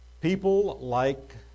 people-like